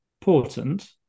important